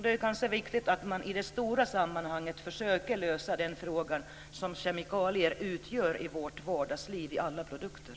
Det är viktigt att man i de stora sammanhanget försöker att lösa den frågan, eftersom kemikalier spelar en så stor roll i vårt vardagsliv då de finns i alla produkter.